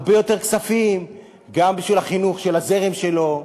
הרבה יותר כספים גם בשביל החינוך של הזרם שלו,